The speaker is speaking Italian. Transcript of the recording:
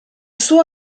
suo